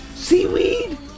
Seaweed